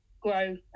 grow